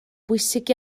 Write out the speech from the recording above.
bwysig